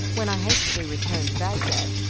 when i hastily returned to bagdad,